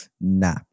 nah